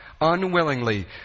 unwillingly